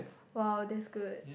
!wow! that's good